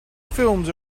films